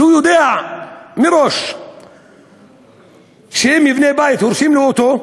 כשהוא יודע מראש שאם יבנה בית הורסים לו אותו,